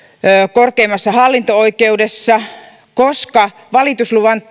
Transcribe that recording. korkeimmassa hallinto oikeudessa koska valitusluvan